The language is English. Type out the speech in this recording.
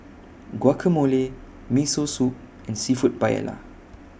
Guacamole Miso Soup and Seafood Paella